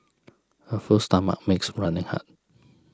a full stomach makes running hard